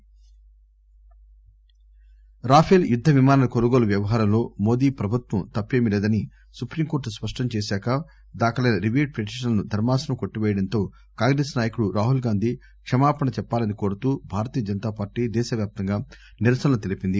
BJP Rafale యుద్ద విమానాల కొనుగోలు వ్యవహారంలో మోదీ ప్రభుత్వం తప్పీమీ లేదని సుప్రీంకోర్టు స్పష్టం చేశాక దాఖలైన రివ్యూ పిటీషన్లను ధర్మాసనం కొట్లిపేయడంతో కాంగ్రెస్ నాయకుడు రాహుల్ గాంధీ క్షమాపణ చెప్పాలని కోరుతూ భారతీయ జనతాపార్టీ దేశ వ్యాప్తంగా నిరసనలు తెలిపింది